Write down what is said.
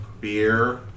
beer